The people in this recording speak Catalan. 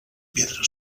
pedres